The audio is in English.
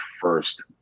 first